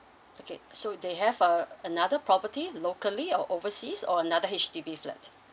okay so they have uh another property locally or overseas or another H_D_B flat